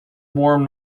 warm